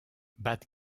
bat